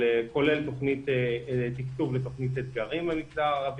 כולל תקצוב לתוכנית אתגרים במגזר הערבי,